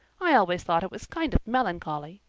i always thought it was kind of melancholy,